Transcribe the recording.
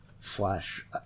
Slash